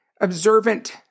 observant